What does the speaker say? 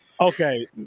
okay